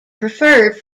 preferred